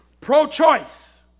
pro-choice